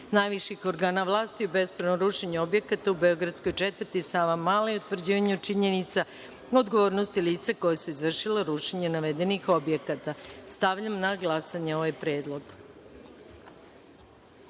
najviših organa vlasti u bespravnom rušenju objekata u beogradskoj četvrti Savamala i utvrđivanju činjenica o odgovornosti lica koja su izvršila rušenje navedenih objekata. Stavljam na glasanje ovaj